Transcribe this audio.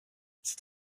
c’est